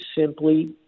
simply